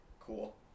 cool